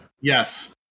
yes